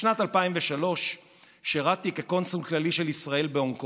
בשנת 2003 שירתי כקונסול כללי של ישראל בהונג קונג.